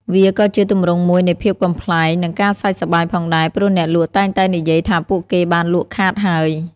វាក៏ជាទម្រង់មួយនៃភាពកំប្លែង និងការសើចសប្បាយផងដែរ ព្រោះអ្នកលក់តែងតែនិយាយថាពួកគេបានលក់ខាតហើយ។